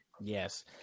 Yes